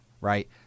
right